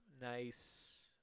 nice